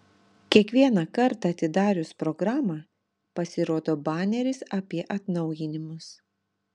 kiekvieną kartą atidarius programą pasirodo baneris apie atnaujinimus